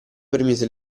permise